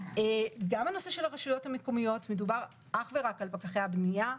גם בנושא הרשויות המקומיות מדובר אך ורק על פקחי הבנייה,